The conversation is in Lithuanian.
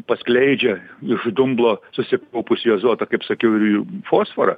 paskleidžia iš dumblo susikaupusį azotą kaip sakiau ir j fosforą